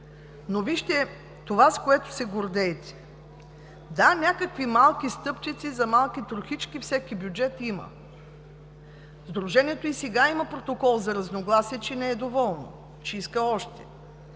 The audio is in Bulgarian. Вижте това, с което се гордеете! Да, някакви малки стъпчици, за малки трохички, всеки бюджет има. Сдружението и сега има протокол за разногласие, че не е доволно, че иска още,